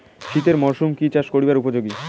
শীতের মরসুম কি চাষ করিবার উপযোগী?